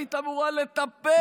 היית אמורה לטפל